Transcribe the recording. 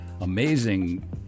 amazing